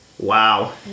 Wow